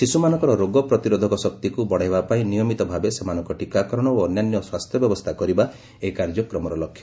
ଶିଶୁମାନଙ୍କର ରୋଗ ପ୍ରତିରୋଧକ ଶକ୍ତିକୁ ବଢ଼ାଇବା ପାଇଁ ନିୟମିତ ଭାବେ ସେମାନଙ୍କ ଟିକାକରଣ ଓ ଅନ୍ୟାନ୍ୟ ସ୍ୱାସ୍ଥ୍ୟ ବ୍ୟବସ୍ଥା କରିବା ଏହି କାର୍ଯ୍ୟକ୍ରମ ଲକ୍ଷ୍ୟ